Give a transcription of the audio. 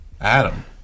adam